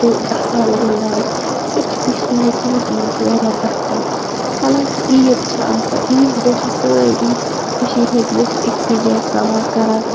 تہٕ اَسان گِنٛدان سُہ چھِ کٔشیٖر مَنٛز تِم چیٖز چھِ واریاہ گژھان حالانٛکہِ عیٖد چھِ آسان عیٖز دۄہ چھِ سٲری کٔشیٖرِ ہِنٛدۍ لُکھ أکۍسٕے جایہِ سَمَان کَران